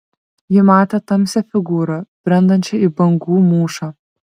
ji matė tamsią figūrą brendančią į bangų mūšą